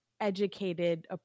educated